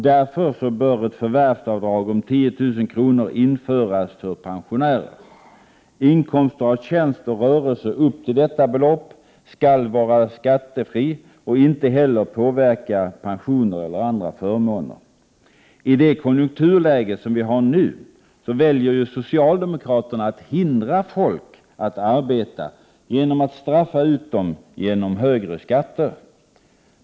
Därför bör ett förvärvsavdrag om 10 000 kr. införas för pensionärer. Inkomster av tjänst och rörelse upp till detta 47 belopp skall vara skattefri och inte heller påverka pensioner eller andra förmåner. I det konjunkturläge vi nu har vill socialdemokraterna hindra folk från att arbeta genom att straffa ut dem med högre skatt.